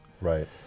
right